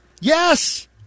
Yes